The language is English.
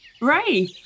Ray